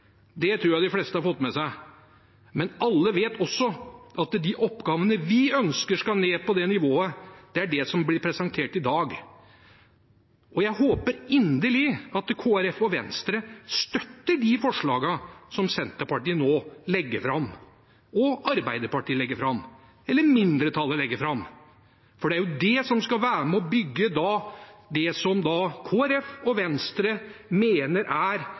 Det tror jeg de fleste har fått med seg. Men alle vet også at de oppgavene vi ønsker skal ned på det nivået, er det som blir presentert i dag. Jeg håper inderlig at Kristelig Folkeparti og Venstre støtter de forslagene som Senterpartiet og Arbeiderpartiet, eller mindretallet, nå legger fram. Det er jo det som skal være med og bygge det som Kristelig Folkeparti og Venstre mener er